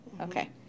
Okay